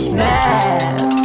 mad